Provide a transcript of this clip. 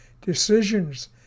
Decisions